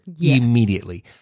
immediately